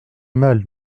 mal